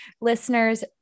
Listeners